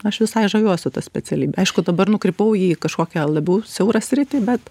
aš visai žaviuosi ta specialybe aišku dabar nukrypau į kažkokią labiau siaurą sritį bet